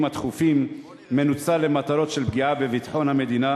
התכופים מנוצל למטרות של פגיעה בביטחון המדינה.